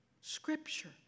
Scripture